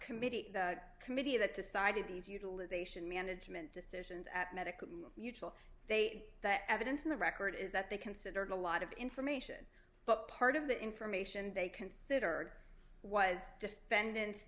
committee the committee that decided these utilization management decisions at medical mutual they that evidence in the record is that they considered a lot of information but part of the information they considered was defendant